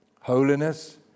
holiness